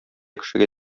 кешегә